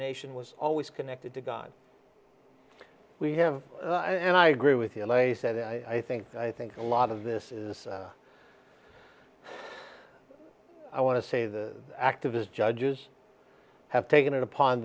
nation was always connected to god we have and i agree with you les said i think i think a lot of this is i want to say the activist judges have taken it upon